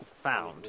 Found